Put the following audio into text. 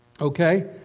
Okay